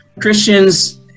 Christians